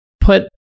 put